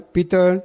Peter